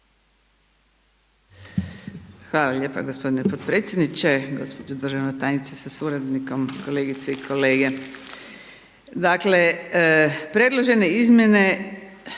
Hvala lijepa gospodine podpredsjedniče, gospođo državna tajnice sa suradnikom, kolegice i kolege. Dakle, predložene izmjene